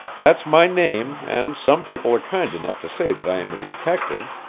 that's my name, and some people are kind enough to say that i am a detective,